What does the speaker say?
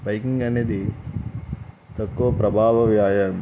biking అనేది తక్కువ ప్రభావ వ్యాయామం